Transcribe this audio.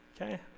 Okay